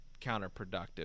counterproductive